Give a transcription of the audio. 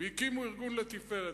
והקימו ארגון לתפארת.